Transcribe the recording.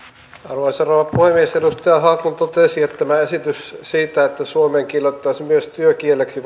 arvoisa rouva puhemies edustaja haglund totesi että tämä esitys siitä että suomi kiilattaisiin myös varsinaiseksi työkieleksi